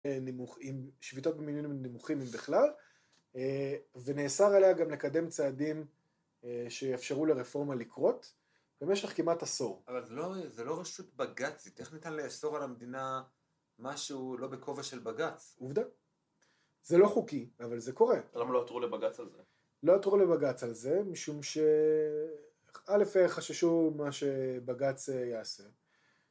עם שביתות במינונים נמוכים אם בכלל ונאסר אליה גם לקדם צעדים שיאפשרו לרפורמה לקרות במשך כמעט עשור אבל זה לא רשות בגצית איך ניתן לאסור על המדינה משהו לא בכובע של בגצ? עובדה? זה לא חוקי אבל זה קורה למה לא עתרו לבגצ על זה? לא עתרו לבגצ על זה משום ש... א' חששו מה שבגצ יעשה